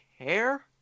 care